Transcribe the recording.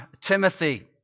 Timothy